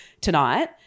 tonight